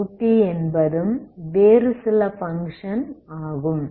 qxt என்பது வேறு சில பங்க்ஷன் ஆகும்